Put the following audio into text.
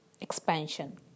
expansion